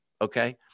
Okay